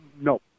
No